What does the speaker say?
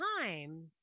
time